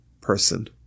person